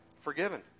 forgiven